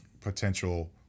potential